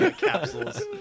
capsules